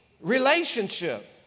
relationship